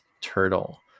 turtle